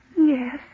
Yes